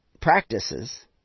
practices